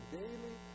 daily